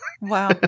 Wow